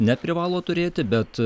neprivalo turėti bet